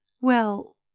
Well